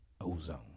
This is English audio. Ozone